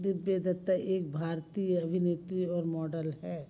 दिव्या दत्ता एक भारतीय अभिनेत्री और मॉडल है